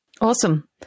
Awesome